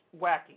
wacky